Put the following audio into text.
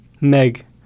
Meg